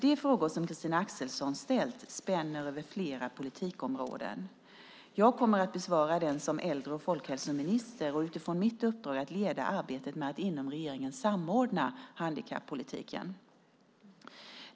De frågor som Christina Axelsson ställt spänner över flera politikområden. Jag kommer att besvara dem som äldre och folkhälsominister och utifrån mitt uppdrag att leda arbetet med att inom regeringen samordna handikappolitiken.